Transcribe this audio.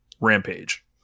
Rampage